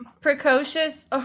precocious